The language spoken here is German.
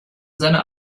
seiner